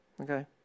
Okay